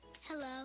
Hello